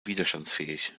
widerstandsfähig